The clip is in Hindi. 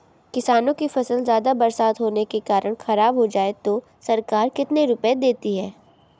किसानों की फसल ज्यादा बरसात होने के कारण खराब हो जाए तो सरकार कितने रुपये देती है?